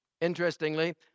Interestingly